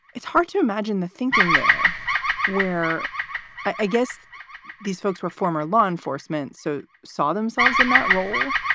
it's hard to imagine the thinking there where i guess these folks were former law enforcement, so saw themselves in that role.